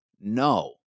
no